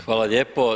Hvala lijepo.